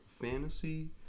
fantasy